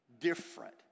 different